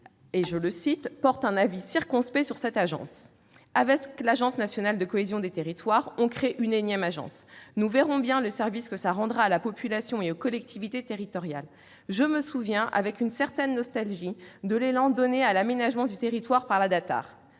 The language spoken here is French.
Genest, porte un avis circonspect sur cette agence :« Avec l'Agence nationale de la cohésion des territoires, on crée une énième agence. Nous verrons bien le service que ça rendra à la population et aux collectivités territoriales. Je me souviens avec une certaine nostalgie de l'élan donné à l'aménagement du territoire par la